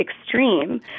extreme